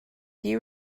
you